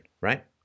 right